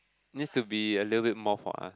needs to be a little bit more for us